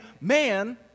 man